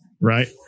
right